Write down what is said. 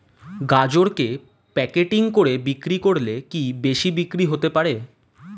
গাজরকে প্যাকেটিং করে বিক্রি করলে কি বেশি বিক্রি হতে পারে?